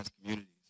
communities